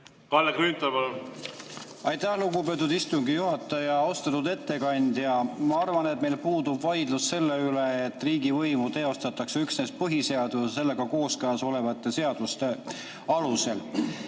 Kalle Grünthal, palun! Aitäh, lugupeetud istungi juhataja! Austatud ettekandja! Ma arvan, et meil puudub vaidlus selle üle, et riigivõimu teostatakse üksnes põhiseaduse ja sellega kooskõlas olevate seaduste alusel.